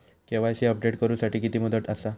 KYC update करू साठी किती मुदत आसा?